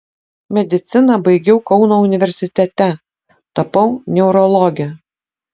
mediciną baigiau kauno universitete tapau neurologe